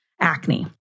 acne